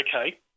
Okay